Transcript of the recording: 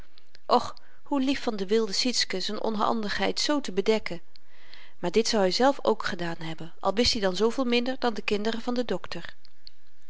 och hoe lief van de wilde sietske z'n onhandigheid zoo te bedekken maar dit zou hyzelf ook gedaan hebben al wist i dan zooveel minder dan de kinderen van den dokter